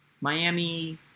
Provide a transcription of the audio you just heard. Miami